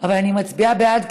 אבל אני מצביעה בעד,